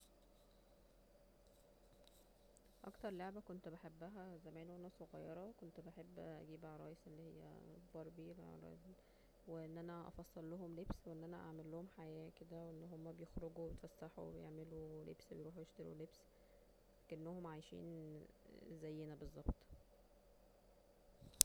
اكتر لعبة كنت بحبها زمان وانا صغيرة كنت بحب اجيب عرايس باربي والعرايس دي وإن أنا افصلهم لبس وان أنا اعملهم حياة كده وان هما بيخرجو ويتفسحو ويعملو لبس ويروحو يشترو لبس اكنهم عايشين زينا بالظبط